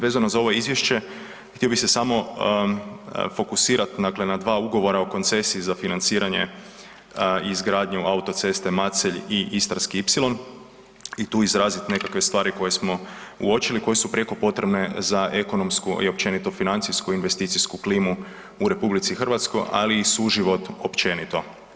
Vezano za ovo izvješće, htio bih se samo fokusirat na dva ugovora o koncesiji za financiranje i izgradnju autoceste Macelj i Istarski ipsilon i tu izraziti nekakve stvari koje smo uočili koje su prijeko potrebne za ekonomsku i općenito financijsku investicijsku klimu u RH, ali i suživot općenito.